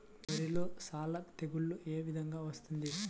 వరిలో సల్ల తెగులు ఏ విధంగా వస్తుంది?